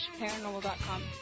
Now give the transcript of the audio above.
paranormal.com